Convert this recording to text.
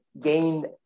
gained